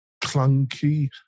clunky